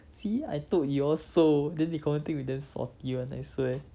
see I told you all so then they confirm think you damn salty [one] I swear